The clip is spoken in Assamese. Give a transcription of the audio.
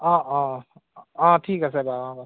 অঁ অঁ অঁ ঠিক আছে বাৰু অঁ